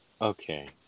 Okay